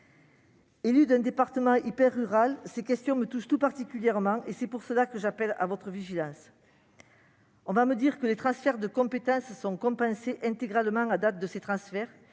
Élue d'un département hyper-rural, ces questions me touchent tout particulièrement ; c'est pour cela que j'en appelle à votre vigilance. On me répondra que les transferts de compétences sont compensés intégralement à date de ces transferts,